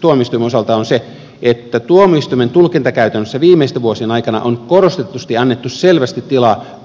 tuomioistuimen osalta on se että tuomioistuimen tulkintakäytännössä viimeisten vuosien aikana on korostetusti annettu selvästi tilaa kansalliselle harkintamarginaalille